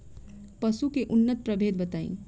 पशु के उन्नत प्रभेद बताई?